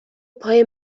پای